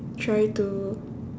try to